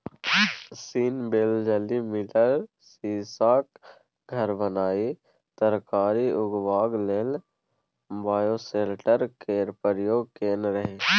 scene Wellesley Miller सीशाक घर बनाए तरकारी उगेबाक लेल बायोसेल्टर केर प्रयोग केने रहय